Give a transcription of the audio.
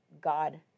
God